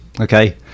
okay